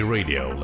Radio